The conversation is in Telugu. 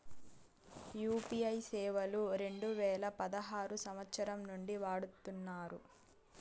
యూ.పీ.ఐ సేవలు రెండు వేల పదహారు సంవచ్చరం నుండి వాడుతున్నారు